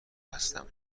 هستم